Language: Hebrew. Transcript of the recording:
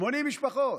80 משפחות.